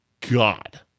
God